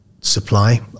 supply